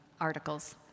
articles